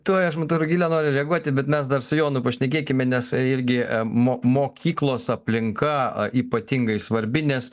tuoj aš matau rugilė nori reaguoti bet mes dar su jonu pašnekėkime nes irgi mo mo mokyklos aplinka ypatingai svarbi nes